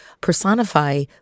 personify